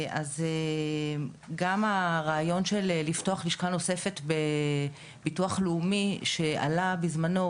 גם הרעיון של לפתוח לשכה נוספת בביטוח לאומי שעלה בזמנו,